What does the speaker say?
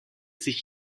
sich